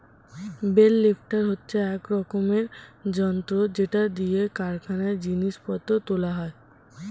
bell lifter হচ্ছে এক রকমের যন্ত্র যেটা দিয়ে কারখানায় জিনিস পত্র তোলা হয়